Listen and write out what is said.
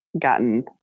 gotten